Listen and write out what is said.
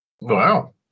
Wow